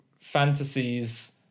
fantasies